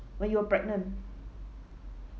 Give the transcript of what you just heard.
when you were pregnant